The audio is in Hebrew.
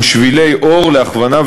ושבילי אור להכוונה,